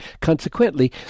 Consequently